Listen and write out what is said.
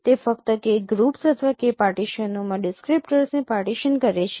તે ફક્ત K groups અથવા K પાર્ટીશનોમાં ડિસ્ક્રીપ્ટર્સને પાર્ટીશન કરે છે